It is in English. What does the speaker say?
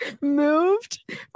moved